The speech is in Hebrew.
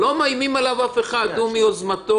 מישהו מעיף את הילד במכה אחת לתוך תהום,